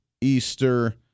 easter